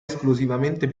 esclusivamente